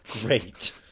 great